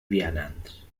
vianants